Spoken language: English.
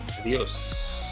Adios